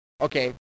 Okay